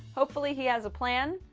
hopefully he has a plan.